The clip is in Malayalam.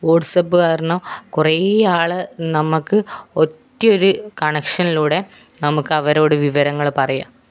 വാട്ട്സപ്പ് കാരണം കുറേ ആൾ നമുക്ക് ഒറ്റയൊരു കണക്ഷനിലൂടെ നമുക്ക് അവരോട് വിവരങ്ങൾ പറയാം